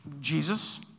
Jesus